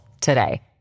today